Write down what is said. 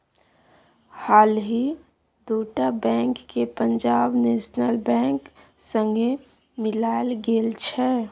हालहि दु टा बैंक केँ पंजाब नेशनल बैंक संगे मिलाएल गेल छै